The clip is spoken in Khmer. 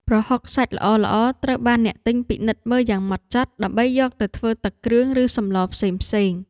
ប្រហុកសាច់ល្អៗត្រូវបានអ្នកទិញពិនិត្យមើលយ៉ាងហ្មត់ចត់ដើម្បីយកទៅធ្វើទឹកគ្រឿង ឬសម្លផ្សេងៗ។